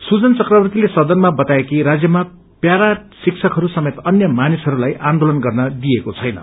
सुजन चक्रवर्तीले सदनमा बताए कि राज्यमा प्यारा शिक्षकहरू समेत अन्य मानिसहरूलाई आन्चोलन गर्न दिइएको छैन